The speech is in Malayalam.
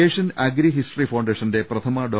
ഏഷ്യൻ അഗ്രി ഹിസ്റ്ററി ഫൌണ്ടേഷന്റെ പ്രഥമ ഡോ